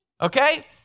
Okay